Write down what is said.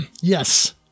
Yes